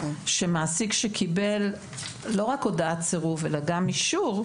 אולי חשוב לומר שמעסיק שקיבל לא רק הודעת סירוב אלא גם אישור,